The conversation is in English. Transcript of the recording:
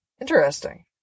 Interesting